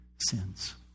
sins